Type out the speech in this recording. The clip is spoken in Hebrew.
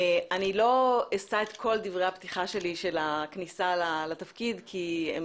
אני לא אשא את כל דברי הפתיחה שלי של הכניסה לתפקיד כי הם